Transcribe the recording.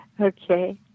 Okay